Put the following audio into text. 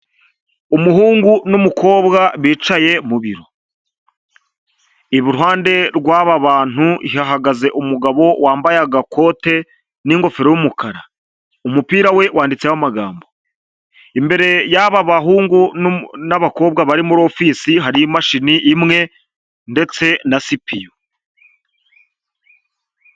Umuhungu n'umukobwa bicaye mu biro. Iruhande rw'aba bantu hahagaze umugabo wambaye agakote n'ingofero y'umukara, umupira we wanditseho amagambo. Imbere y'aba bahungu n'abakobwa bari muri ofisi hari imashini imwe ndetse na sipiyu.